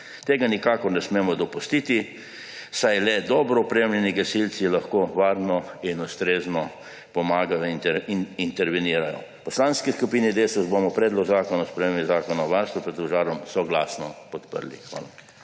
Tega nikakor ne smemo dopustiti, saj le dobro opremljeni gasilci lahko varno in ustrezno pomagajo in intervenirajo. V Poslanski skupini Desus bomo Predlog zakona o spremembi Zakona o varstvu pred požarom soglasno podprli. Hvala.